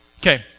Okay